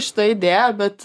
šita idėja bet